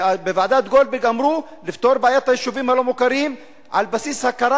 בוועדת-גולדברג אמרו: לפתור את בעיית היישובים הלא-מוכרים על בסיס הכרה,